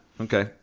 okay